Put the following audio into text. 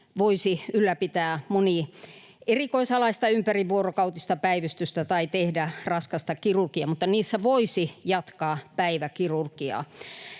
voisi ylläpitää monierikoisalaista ympärivuorokautista päivystystä tai tehdä raskasta kirurgiaa, mutta niissä voisi jatkaa päiväkirurgiaa.